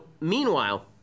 meanwhile